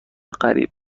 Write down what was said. قریب